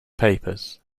papers